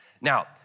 Now